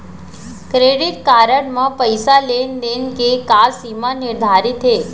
Credit card म पइसा लेन देन के का सीमा निर्धारित हे?